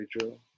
Rachel